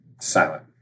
Silent